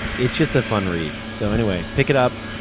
it's just a fun read. so anyway, pick it up.